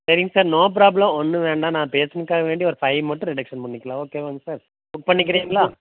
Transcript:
சரிங் sir no problem ஒன்று வேண்டாம் நான் பேசுனக்காக வேண்டி ஒரு ஃபை மட்டும் ரிடெக்ஷன் பண்ணிக்கலாம் ஓகேவாங்க சார் புக் பண்ணிக்கிறீங்களா